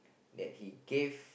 that he gave